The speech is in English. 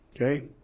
okay